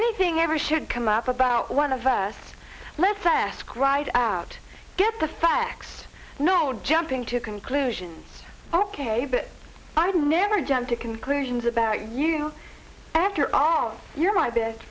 anything ever should come up about one of us lets us cried out get the facts no jumping to conclusions ok but i've never jump to conclusions about you after all you're my best